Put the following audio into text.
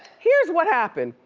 here's what happened.